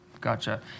Gotcha